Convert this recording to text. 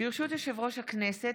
ברשות יושב-ראש הכנסת,